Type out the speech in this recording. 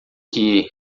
que